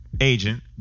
agent